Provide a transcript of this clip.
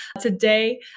today